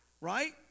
Right